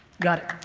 got it.